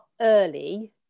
early